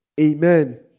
Amen